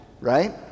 right